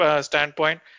standpoint